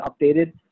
updated